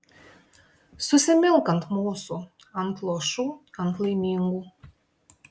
susimilk ant mūsų ant luošų ant laimingų